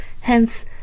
Hence